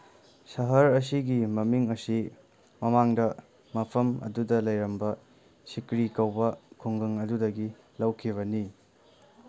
ꯁꯍꯔ ꯑꯁꯤꯒꯤ ꯃꯃꯤꯡ ꯑꯁꯤ ꯃꯃꯥꯡꯗ ꯃꯐꯝ ꯑꯗꯨꯗ ꯂꯩꯔꯝꯕ ꯁꯤꯀ꯭ꯔꯤ ꯀꯧꯕ ꯈꯨꯡꯒꯪ ꯑꯗꯨꯗꯒꯤ ꯂꯧꯈꯤꯕꯅꯤ